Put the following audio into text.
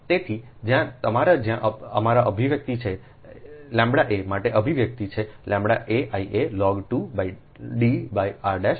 તેથી જ્યાં તમારા જ્યાં અમારા અભિવ્યક્તિ છેʎa માટે અભિવ્યક્તિ છેʎa Ia log 2 Dr' Ib log 2